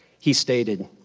he stated,